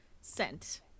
sent